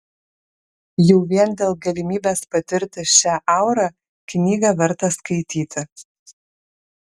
jau vien dėl galimybės patirti šią aurą knygą verta skaityti